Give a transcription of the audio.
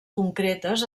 concretes